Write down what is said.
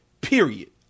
period